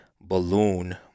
balloon